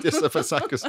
tiesą pasakius